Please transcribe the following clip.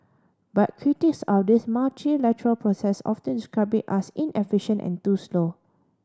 but critics of this process often describe it as inefficient and too slow